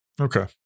Okay